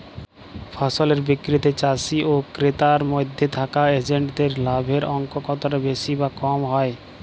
ফসলের বিক্রিতে চাষী ও ক্রেতার মধ্যে থাকা এজেন্টদের লাভের অঙ্ক কতটা বেশি বা কম হয়?